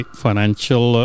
financial